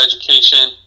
Education